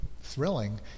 thrilling